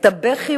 את הבכי,